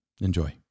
Enjoy